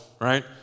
right